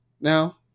now